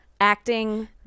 acting